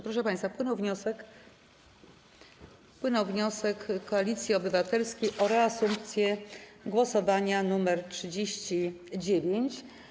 Proszę państwa, wpłynął wniosek Koalicji Obywatelskiej o reasumpcję głosowania nr 39.